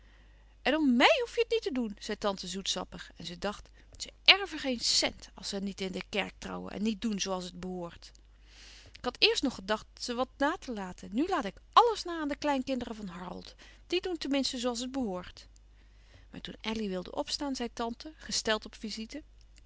en om mij hoef je het niet te doen zei tante zoetsappig en ze dacht ze erven geen cent als ze niet in de kerk trouwen en niet doen zoo als het behoort ik had eerst nog gedacht ze wat na te laten nu laat ik àlles na aan de kleinkinderen van harold die doen ten minste zoo als het behoort maar toen elly wilde opstaan zei tante gesteld op visite